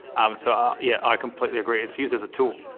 um so yeah i completely agree, it's used as a tool.